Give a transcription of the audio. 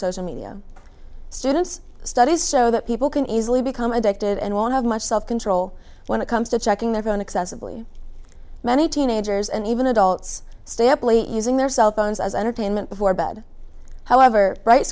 social media students studies show that people can easily become addicted and won't have much self control when it comes to checking their own excessively many teenagers and even adults stay up late using their cell phones as entertainment before bed however right